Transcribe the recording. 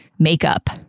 Makeup